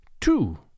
Two